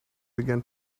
began